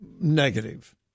negative